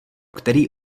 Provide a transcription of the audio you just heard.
který